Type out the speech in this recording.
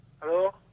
Hello